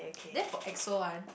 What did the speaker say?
then for EXO [one]